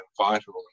vital